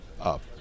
up